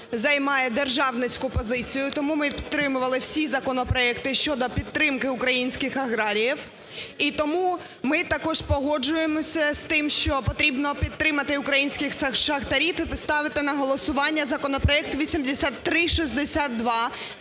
займає державницьку позицію, тому ми і підтримували всі законопроекти щодо підтримки українських аграріїв. І тому ми також погоджуємося з тим, що потрібно підтримати українських шахтарів і поставити на голосування законопроект 8362,